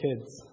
kids